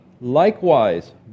likewise